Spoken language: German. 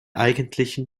eigentlichen